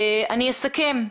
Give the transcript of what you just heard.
אני אסכם.